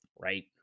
Right